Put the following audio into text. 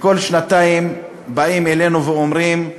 וכל שנתיים באים אלינו ואומרים: